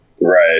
Right